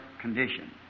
condition